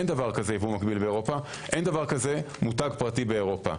אין דבר כזה מותג פרטי באירופה.